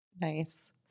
Nice